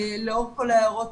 לאור כל ההערות,